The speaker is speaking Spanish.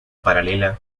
paralela